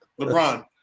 LeBron